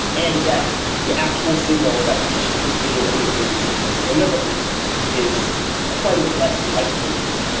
and yet the actual signal that each individual interview delivers is quite a bit less than we'd like to believe.